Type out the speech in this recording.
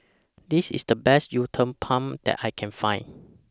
This IS The Best Uthapam that I Can Find